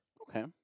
Okay